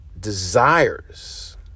desires